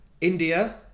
India